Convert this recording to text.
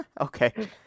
okay